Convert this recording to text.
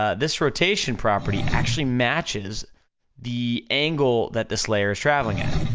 ah this rotation property actually matches the angle that this layer is traveling at,